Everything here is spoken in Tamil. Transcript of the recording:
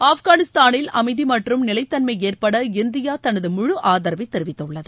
ஆப்கானிஸ்தானில் அமைதி மற்றும் நிலைத் தன்மை ஏற்பட இந்தியா தனது முழு ஆதரவைத் தெரிவித்துள்ளது